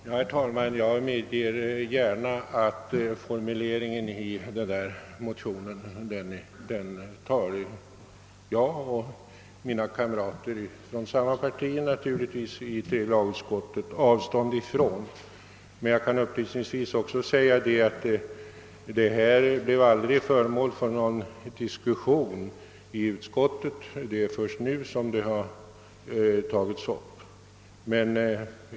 Herr talman! Jag medger gärna att jag och mina partikamrater i tredje lagutskottet tar avstånd från formuleringen i motionen. Jag kan upplysningsvis också säga att den inte blev föremål för någon diskussion i utskottet. Det är först nu som frågan har tagits upp.